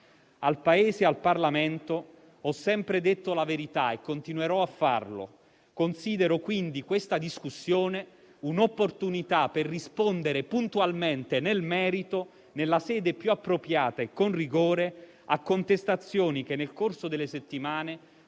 Al Paese e al Parlamento ho sempre detto la verità e continuerò a farlo. Considero quindi questa discussione un'opportunità per rispondere puntualmente nel merito, nella sede più appropriata e con rigore, a contestazioni che nel corso delle settimane